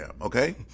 okay